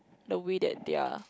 the way that they're